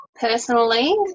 personally